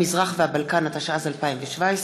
המזרח והבלקן, התשע"ז 2017,